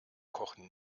kochen